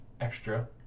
extra